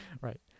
right